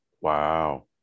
wow